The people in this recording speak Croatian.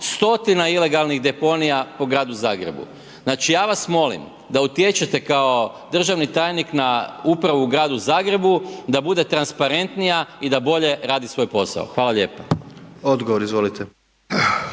stotina ilegalnih deponija po gradu Zagrebu. Znači ja vas molim da utječete kao državni tajnik na upravu u gradu Zagrebu da bude transparentnija i da bolje radi svoj posao. Hvala lijepo. **Jandroković,